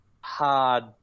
hard